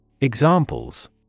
Examples